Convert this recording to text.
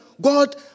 God